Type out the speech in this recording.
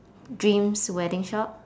dreams wedding shop